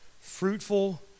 fruitful